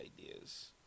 ideas